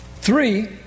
Three